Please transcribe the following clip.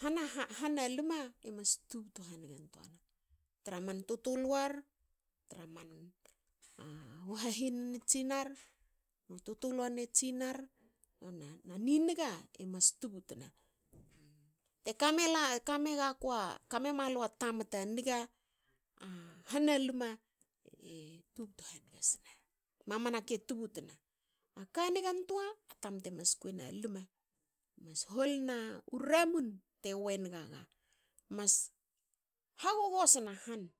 ha- na hana lma emas tubtu hangen toana tra man tutuluar. tra man hahinane tsinar. tutuluane tsinar. A ni niga emas tubutna. Teka te kame malu a tamta niga hana lima e tubtu tubtu hange sne. ma manaka e tubutna. Aka nigantoa a tamta e mas kuina lma emas holnu ramun te wen gaga. mas hagogosna han